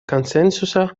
консенсуса